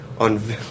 on